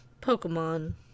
Pokemon